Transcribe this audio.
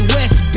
West